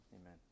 Amen